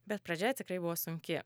bet pradžia tikrai buvo sunki